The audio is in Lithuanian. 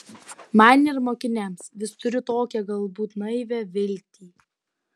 man ir mokiniams vis turiu tokią galbūt naivią viltį